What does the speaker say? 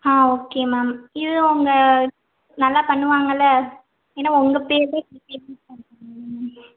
ஆ okay ma'am இது உங்கள் நல்லா பண்ணுவாங்கள்ல ஏன்னா உங்கள் பேரு தான் இருந்துச்சு அதுனால தான் மேம்